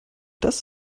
das